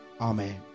Amen